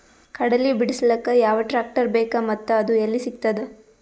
ಕಡಲಿ ಬಿಡಿಸಲಕ ಯಾವ ಟ್ರಾಕ್ಟರ್ ಬೇಕ ಮತ್ತ ಅದು ಯಲ್ಲಿ ಸಿಗತದ?